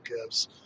gives